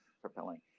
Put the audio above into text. propelling